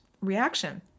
reaction